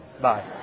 Bye